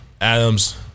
Adams